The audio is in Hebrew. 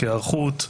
כהיערכות,